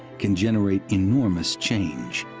can generate enormous change.